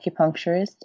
acupuncturist